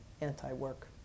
anti-work